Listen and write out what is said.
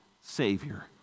Savior